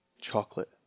chocolate